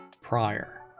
prior